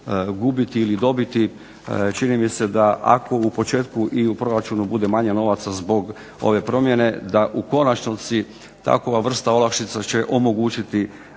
gubiti ili dobiti? Čini mi se da ako u početku i u proračunu bude manje novaca zbog ove promjene da u konačnici takva vrsta olakšica će omogućiti